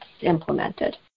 implemented